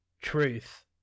truth